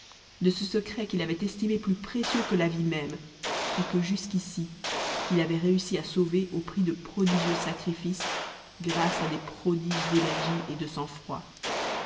de ce secret qu'il avait estimé plus précieux que la vie même et que jusqu'ici il avait réussi à sauver au prix de prodigieux sacrifices grâce à des prodiges d'énergie et de sang-froid